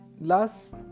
Last